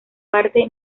parte